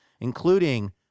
including